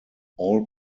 all